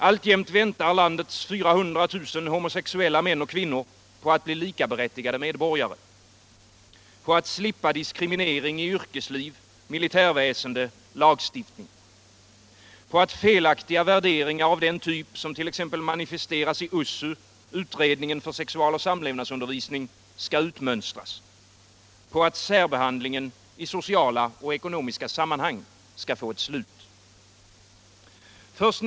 Alltjämt väntar landets 400 000 homosexuella män och kvinnor på att bli likaberättigade medborgare, på att slippa diskriminering i yrkesliv, militärväsende och lagstiftning, på att felaktiga värderingar av den typ som t.ex. manifesteras i USSU, utredningen för sexualoch samlevnadsundervisning, skall utmönstras samt på att särbehandlingen i sociala och ekonomiska sammanhang skall få ett slut.